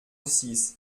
six